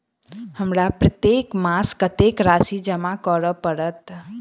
हमरा प्रत्येक मास कत्तेक राशि जमा करऽ पड़त?